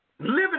Living